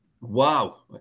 Wow